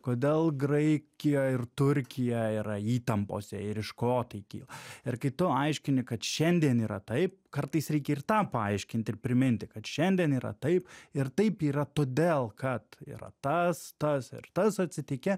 kodėl graikija ir turkija yra įtampose ir iš ko tai kyla ir kai tu aiškini kad šiandien yra taip kartais reikia ir tą paaiškinti ir priminti kad šiandien yra taip ir taip yra todėl kad yra tas tas ir tas atsitikę